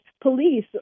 police